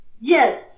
Yes